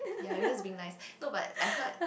ya you're just being nice no but I heard